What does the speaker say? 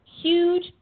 Huge